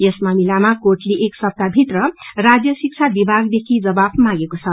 यस मामिलामा कोर्ब्टलेक एक सप्ताहभित्र राज्य शिक्षा विभागदेखि जवाब मांगेको छ